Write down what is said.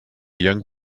young